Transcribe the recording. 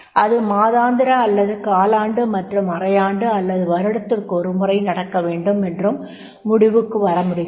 அது மாதாந்திர அல்லது காலாண்டு அல்லது அறையாண்டு அல்லது வருடத்திற்கு ஒரு முறை நடக்க வேண்டும் என்றும் முடிவுக்கு வர முடிகிறது